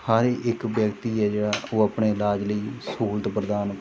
ਹਰ ਇੱਕ ਵਿਅਕਤੀ ਹੈ ਜਿਹੜਾ ਉਹ ਆਪਣੇ ਇਲਾਜ ਲਈ ਸਹੂਲਤ ਪ੍ਰਦਾਨ